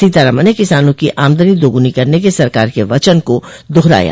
सीतारमन ने किसानों की आमदनी दोगुनी करने के सरकार के वचन को दोहराया